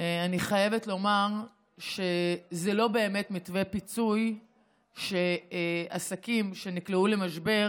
אני חייבת לומר שזה לא באמת מתווה פיצוי שעסקים שנקלעו למשבר